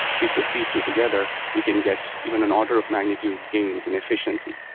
if we put these two together, we can get even an order of magnitude gains and efficiency.